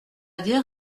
dire